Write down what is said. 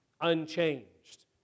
unchanged